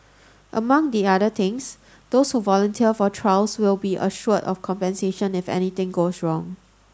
among the other things those who volunteer for trials will be assured of compensation if anything goes wrong